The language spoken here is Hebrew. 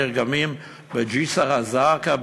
נרגמים בג'סר-א-זרקא,